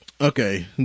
Okay